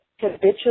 habitually